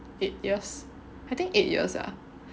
eight years I think eight years ah